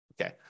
Okay